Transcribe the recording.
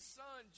son